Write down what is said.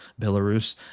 Belarus